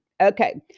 Okay